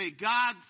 God